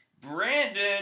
Brandon